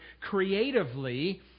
creatively